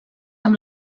amb